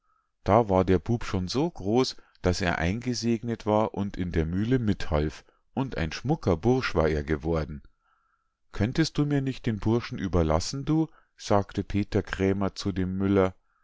da war der bube schon so groß daß er eingesegnet war und in der mühle mithalf und ein schmucker bursch war er geworden könntest du mir nicht den burschen überlassen du sagte peter krämer zu dem müller